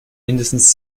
mindestens